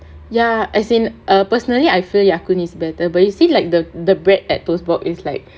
ya as in err personally I feel ya kun is better but you see like the the bread at toast box is like